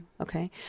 okay